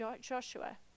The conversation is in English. Joshua